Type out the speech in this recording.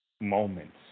moments